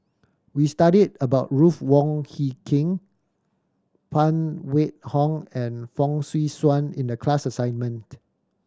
we studied about Ruth Wong Hie King Phan Wait Hong and Fong Swee Suan in the class assignment